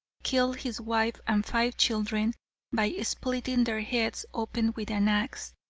killed his wife and five children by splitting their heads open with an axe,